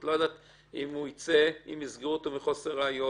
את עוד לא יודעת אם יסגרו אותו מחוסר ראיות,